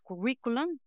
curriculum